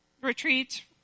retreat